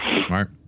Smart